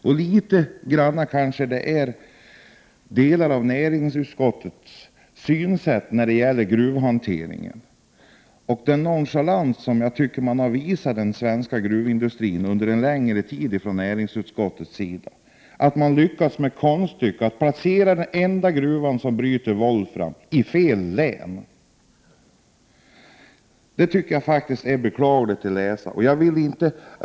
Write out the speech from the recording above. I viss mån är det kanske näringsutskottets synsätt på gruvhanteringen och den nonchalans som jag tycker att näringsutskottet under en längre tid visat gentemot gruvindustrin som gör att utskottet lyckas med konststycket att placera den enda gruva som bryter volfram i fel län. Jag tycker faktiskt att det är beklagligt att man skall behöva få läsa detta.